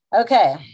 Okay